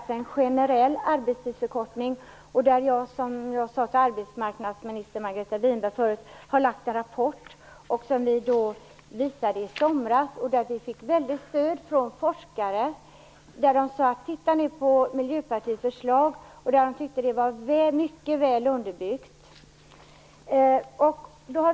Som jag sade förut till arbetsmarknadsminister Margareta Winberg lade vi i somras fram en rapport som vi har fått väldigt stöd för från forskare som tyckte att detta var mycket väl underbyggt.